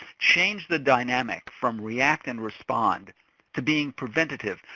change the dynamic from react and respond to being preventative?